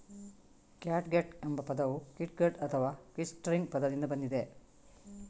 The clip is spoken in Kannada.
ಕ್ಯಾಟ್ಗಟ್ ಎಂಬ ಪದವು ಕಿಟ್ಗಟ್ ಅಥವಾ ಕಿಟ್ಸ್ಟ್ರಿಂಗ್ ಪದದಿಂದ ಬಂದಿದೆ